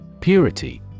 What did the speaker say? Purity